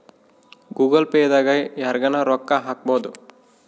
Google pay ದಾಗ ಯರ್ಗನ ರೊಕ್ಕ ಹಕ್ಬೊದು